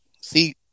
see